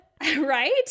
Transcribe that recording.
Right